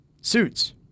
Suits